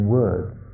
words